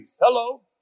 Hello